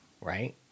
right